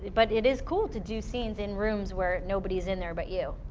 but it is cool to do scenes in rooms where nobody's in there but you.